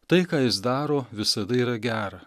tai ką jis daro visada yra gera